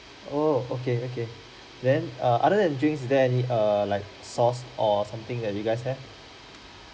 oh okay okay then err other than drinks is there any err like sauce or something that you guys have